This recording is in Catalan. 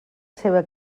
seva